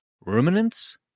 ruminants